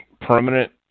permanent